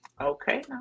Okay